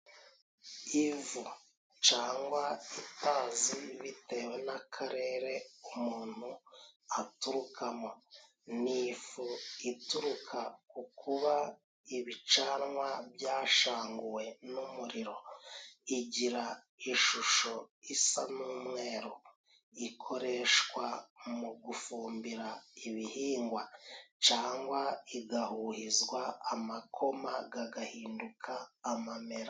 Ivu canwa itazi bitewe n'akarere umuntu aturukamo. Ni ifu ituruka ku kuba ibicanwa byashanguwe n'umuriro. Igira ishusho isa n'umweru. Ikoreshwa mu gufumbira ibihingwa. Cangwa igahuhizwa amakoma gagahinduka amamera.